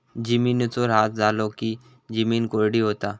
जिमिनीचो ऱ्हास झालो की जिमीन कोरडी होता